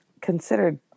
considered